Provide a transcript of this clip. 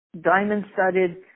Diamond-studded